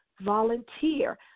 volunteer